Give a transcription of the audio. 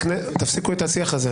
תפסיקו את השיח הזה.